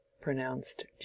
pronounced